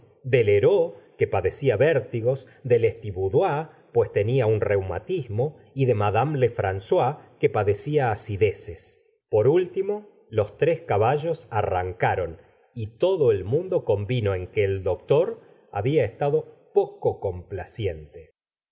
lheureux que padecía vértigos de letisboudois pue tenia un reumatismo y de liad lefram ois que padecía acideces por último los tres caballos arrancaron y todo el mundo convino en que el doctor había estado poco complaciente